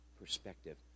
perspective